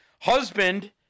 husband